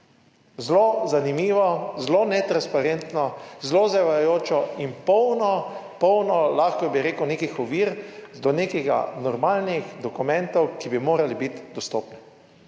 Zelo zanimivo, zelo netransparentno, zelo zavajajoč in polno, polno, lahko bi rekel, nekih ovir do nekih normalnih dokumentov, ki bi morali biti dostopni.